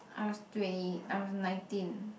I was twenty I was nineteen